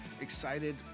Excited